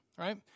Right